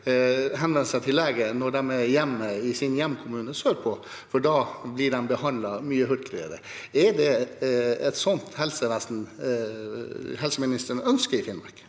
henvende seg til lege når de er i sin hjemkommune sørpå, for da blir de behandlet mye hurtigere. Er det et sånt helsevesen helseministeren ønsker i Finnmark?